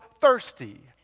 thirsty